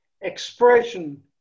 expression